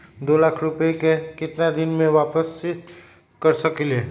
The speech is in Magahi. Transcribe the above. दो लाख रुपया के केतना दिन में वापस कर सकेली?